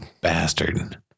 bastard